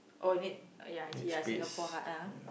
oh need ya actually ya Singapore hard ah